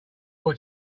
were